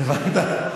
הבנת?